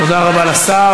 תודה רבה לשר.